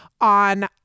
on